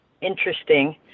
interesting